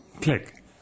Click